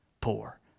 poor